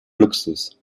luxus